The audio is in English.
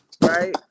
Right